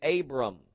Abram